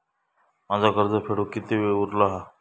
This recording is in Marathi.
माझा कर्ज फेडुक किती वेळ उरलो हा?